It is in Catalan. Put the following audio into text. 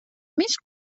més